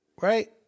Right